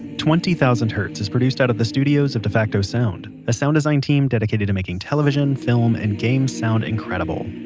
twenty thousand hertz is produced out of the studios of defacto sound, a sound design team dedicated to making television, film and games sound incredible.